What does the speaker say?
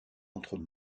entre